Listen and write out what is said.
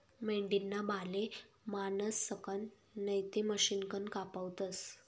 मेंढीना बाले माणसंसकन नैते मशिनकन कापावतस